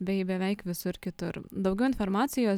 bei beveik visur kitur daugiau informacijos